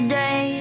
day